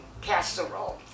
casserole